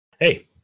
Hey